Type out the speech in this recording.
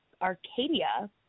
Arcadia